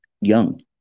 young